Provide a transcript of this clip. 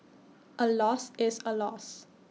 A loss is A loss